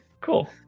Cool